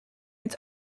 its